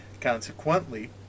Consequently